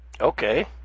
Okay